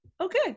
okay